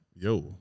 Yo